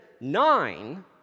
nine